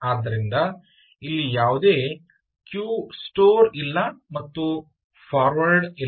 ಆದ್ದರಿಂದ ಇಲ್ಲಿ ಯಾವುದೇ ಕ್ಯೂ ಸ್ಟೋರ್ ಇಲ್ಲ ಮತ್ತು ಫಾರ್ವರ್ಡ್ ಇಲ್ಲ